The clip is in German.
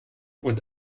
und